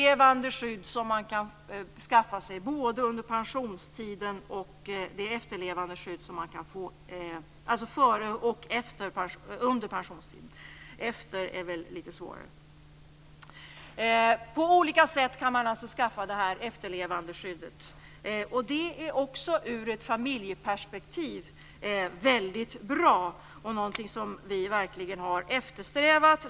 Man kan skaffa sig efterlevandeskydd både före och under pensionstiden. Man kan också på olika sätt skaffa sig ett efterlevandeskydd. Det är ur ett familjeperspektiv väldigt bra och något som vi verkligen har eftersträvat.